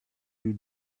you